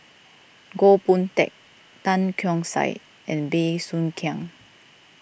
Goh Boon Teck Tan Keong Saik and Bey Soo Khiang